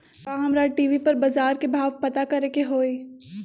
का हमरा टी.वी पर बजार के भाव पता करे के होई?